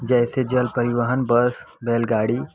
जैसे जल परिवहन बस बैलगाड़ी